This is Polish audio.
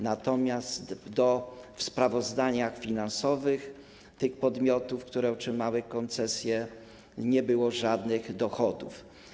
Natomiast w sprawozdaniach finansowych tych podmiotów, które otrzymały koncesje, nie było żadnych dochodów.